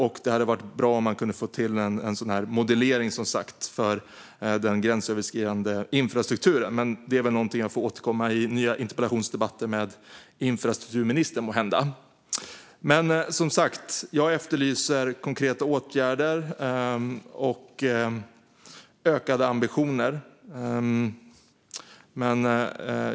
Det vore också som sagt bra om man kunde få till en modellering för den gränsöverskridande infrastrukturen. Men det är måhända någonting jag får återkomma till i nya interpellationsdebatter med infrastrukturministern. Som sagt efterlyser jag konkreta åtgärder och ökade ambitioner.